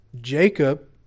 Jacob